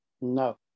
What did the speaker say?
No